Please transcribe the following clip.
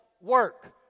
work